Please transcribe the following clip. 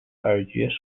耳蕨